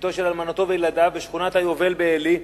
ביתם של אלמנתו וילדיו בשכונת-היובל בעלי.